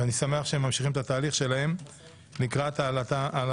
ואני שמח שהם ממשיכים את התהליך שלהם לקראת העלאתם